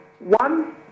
one